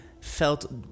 felt